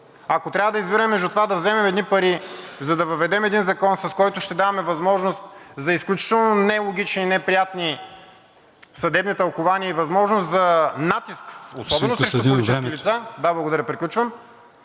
Ако трябва да избираме между това да вземем едни пари, за да въведем един закон, с който ще даваме възможност за изключително нелогични и неприятни съдебни тълкувания и възможност за натиск – особено срещу политически лица, … ПРЕДСЕДАТЕЛ